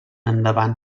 endavant